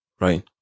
right